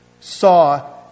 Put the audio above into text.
saw